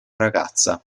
ragazza